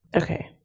Okay